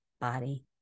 body